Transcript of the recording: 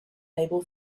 label